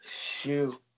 shoot